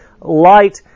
light